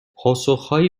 پاسخهایی